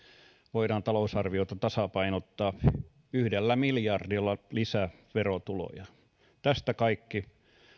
voidaan talousarviota tasapainottaa yhdellä miljardilla lisäverotuloja tästä kaikki